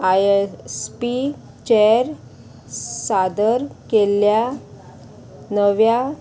I S P चेर सादर केल्ल्या नव्या